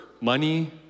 money